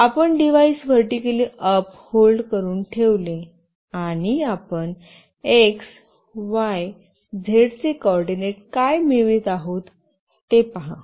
आपण device vertically up hold करून ठेवले आणि आपण x y z चे कोऑर्डिनेट काय मिळवित आहात ते पहा